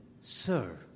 Sir